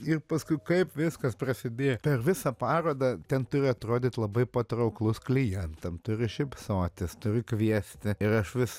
ir paskui kaip viskas prasidė per visą parodą ten turi atrodyt labai patrauklus klientam turi šypsotis turi kviesti ir aš vis